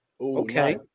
Okay